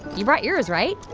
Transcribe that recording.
you brought yours, right?